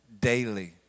daily